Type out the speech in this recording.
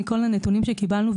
מכל הנתונים שקיבלנו,